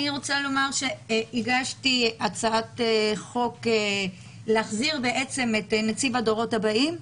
אני רוצה לומר שהגשתי הצעת חוק להחזיר את נציב הדורות הבאים.